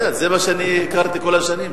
זה מה שאני הכרתי כל השנים,